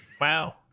Wow